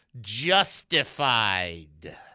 Justified